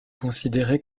considérée